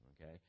Okay